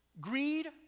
Greed